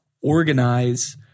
organize